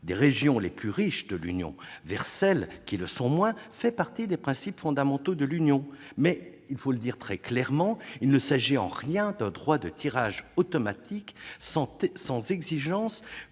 des régions riches de l'Union envers celles qui le sont moins fait partie des principes fondamentaux de l'Union. Mais, il faut le dire très clairement, il ne s'agit en rien d'un droit de tirage automatique, sans exigence